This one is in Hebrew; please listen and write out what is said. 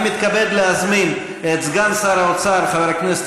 אני מתכבד להזמין את סגן שר האוצר חבר הכנסת